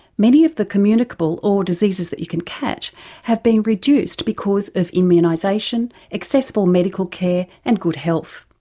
many of the communicable or diseases that you can catch have been reduced because of immunisation, accessible medical care and good health.